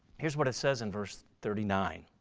here's what it says in verse thirty nine.